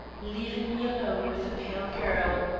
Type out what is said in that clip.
leaving me alone with the pale girl.